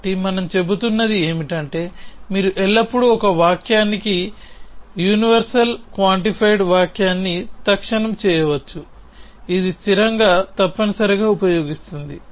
కాబట్టి మనము చెబుతున్నది ఏమిటంటే మీరు ఎల్లప్పుడూ ఒక వాక్యానికి విశ్వవ్యాప్త పరిమాణ వాక్యాన్ని తక్షణం చేయవచ్చు ఇది స్థిరంగా తప్పనిసరిగా ఉపయోగిస్తుంది